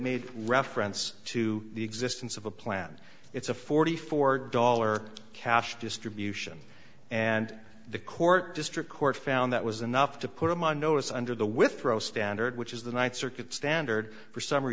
made reference to the existence of a plan it's a forty four dollar cash distribution and the court district court found that was enough to put him on notice under the with pro standard which is the ninth circuit standard for summ